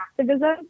activism